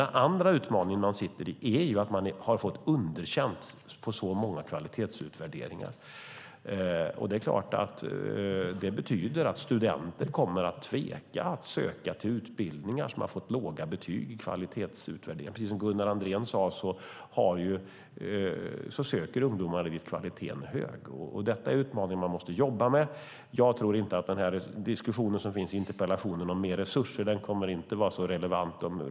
Den andra utmaningen man har är att man har fått underkänt i så många kvalitetsutvärderingar. Det betyder att studenter kommer att tveka att söka till utbildningar som har fått låga betyg i kvalitetsutvärderingarna. Precis som Gunnar Andrén sade söker ungdomar dit där kvaliteten är hög. Detta är en utmaning som man måste jobba med. Jag tror inte att den diskussion som finns i interpellationen om mer resurser kommer att vara så relevant.